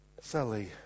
Sally